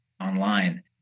online